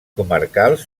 comarcals